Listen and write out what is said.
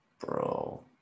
bro